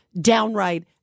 downright